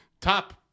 Top